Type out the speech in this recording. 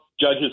judges